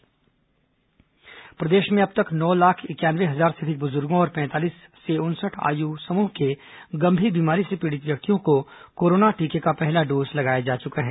corona टीकाकरण प्रदेश में अब तक नौ लाख इंक्यानवे हजार से अधिक बुजुर्गों और पैंतालीस से उनसठ आयु समूह के गंभीर बीमारी से पीड़ित व्यक्तियों को कोरोना टीके का पहला डोज लगाया जा चुका है